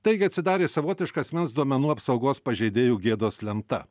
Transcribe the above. taigi atsidarė savotiška asmens duomenų apsaugos pažeidėjų gėdos lenta